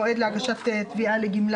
רק להבין, על יומיים הוא לא מקבל משכורת?